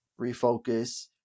refocus